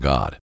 God